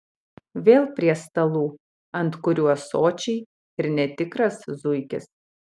vėl prie stalų ant kurių ąsočiai ir netikras zuikis